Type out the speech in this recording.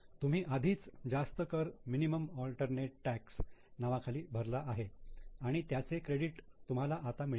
तुम्ही आधीच जास्त कर मिनिमम अल्टरनेट टॅक्स नावाखाली भरला आहे आणि त्याचे क्रेडिट तुम्हाला आता मिळेल